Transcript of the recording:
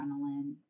adrenaline